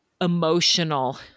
emotional